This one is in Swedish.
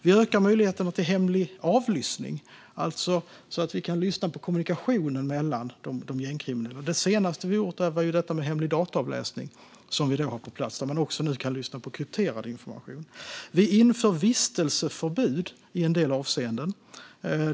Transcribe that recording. Vi ökar möjligheterna till hemlig avlyssning så att vi kan lyssna på kommunikationen mellan de gängkriminella. Det senaste vi gjort är detta med hemlig dataavläsning som vi nu har på plats och som innebär att man också kan lyssna på krypterad information. Vi inför vistelseförbud i en del avseenden.